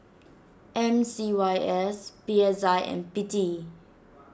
M C Y S P S I and P T